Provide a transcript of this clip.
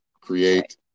create